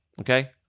Okay